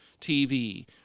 TV